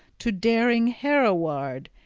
to daring heoroweard,